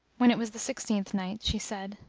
when it was the sixteenth night, she said,